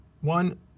One